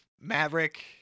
Maverick